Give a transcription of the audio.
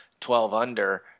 12-under